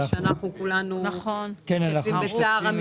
ושאנחנו כולנו משתתפים בצער המשפחה.